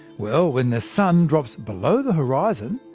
well, when the sun drops below the horizon,